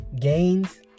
Gains